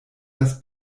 das